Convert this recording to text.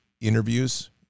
interviews